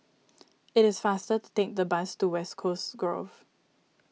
it is faster to take the bus to West Coast Grove